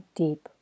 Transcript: deep